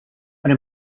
are